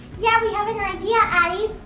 yeah, we have an idea addy!